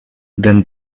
then